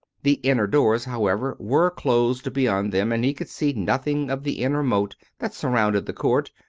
the inner doors, however, were closed beyond them, and he could see nothing of the inner moat that surrounded the court,